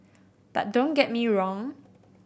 but don't get me wrong